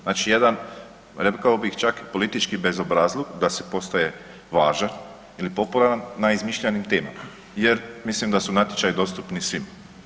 Znači jedan rekao bih čak i politički bezobrazluk da se postaje važan ili popularan na izmišljenim temama jer mislim da su natječaji dostupni svima.